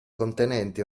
contenente